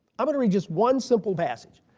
i'm going to read just one simple passage.